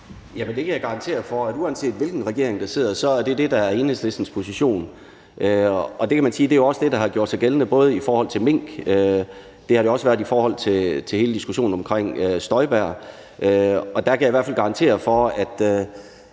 jeg kan garantere for, at uanset hvilken regering der sidder, så er det det, der er Enhedslistens position. Man kan sige, at det også er det, der har gjort sig gældende i forhold til mink. Det har det også gjort i forhold til hele diskussionen omkring Inger Støjberg. Der kan jeg i hvert fald garantere for, at